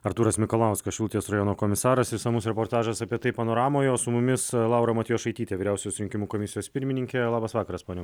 artūras mikalauskas šilutės rajono komisaras išsamus reportažas apie tai panoramoje su mumis laura matjošaitytė vyriausios rinkimų komisijos pirmininkė labas vakaras ponia